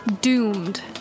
Doomed